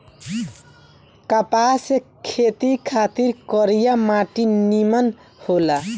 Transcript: कपास के खेती खातिर करिया माटी निमन होला